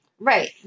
Right